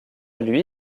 lui